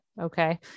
okay